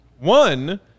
One